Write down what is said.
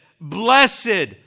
blessed